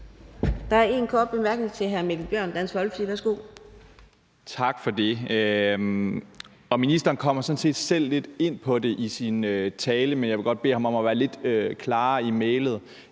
Ministeren kommer sådan set selv lidt ind på det i sin tale, men jeg vil godt bede ham om at være lidt klarere i mælet,